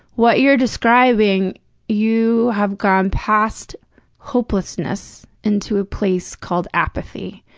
what you're describing you have gone past hopelessness into a place called apathy,